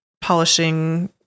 polishing